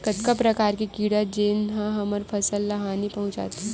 कतका प्रकार के कीड़ा जेन ह हमर फसल ल हानि पहुंचाथे?